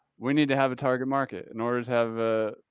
we need to have a target market. in order to have a,